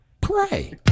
Pray